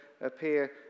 appear